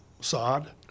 sod